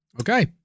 Okay